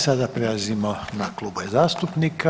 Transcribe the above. Sada prelazimo na klubove zastupnika.